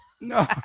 No